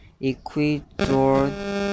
equator